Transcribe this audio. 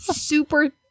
super